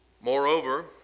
Moreover